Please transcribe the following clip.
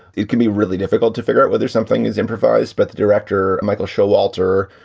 it can be really difficult to figure out whether something is improvised. but the director, michael, show walter,